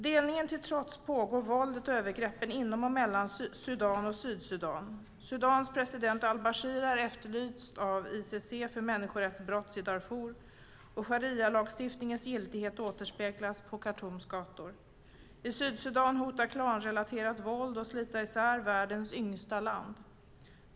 Delningen till trots pågår våldet och övergreppen inom och mellan Sudan och Sydsudan. Sudans president al-Bashir är efterlyst av ICC för människorättsbrott i Darfur, och Sharialagstiftningens giltighet återspeglas på Khartoums gator. I Sydsudan hotar klanrelaterat våld att slita isär världens yngsta land.